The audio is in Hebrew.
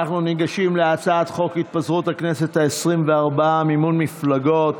אנחנו ניגשים להצעת חוק התפזרות הכנסת העשרים-וארבע ומימון מפלגות,